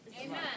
Amen